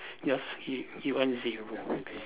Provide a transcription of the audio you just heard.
just gi~ given zero